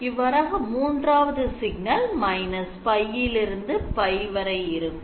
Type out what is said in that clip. இவ்வாறாக மூன்றாவது சிக்னல் −π π இருக்கும்